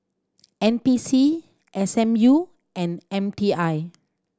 N P C S M U and M T I